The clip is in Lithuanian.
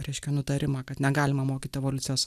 reiškia nutarimą kad negalima mokyti evoliucijos